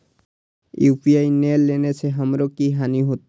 UPI ने लेने से हमरो की हानि होते?